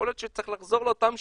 יכול להיות שצריך לחזור לאותן שיטות,